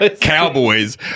cowboys